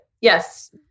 Yes